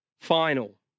final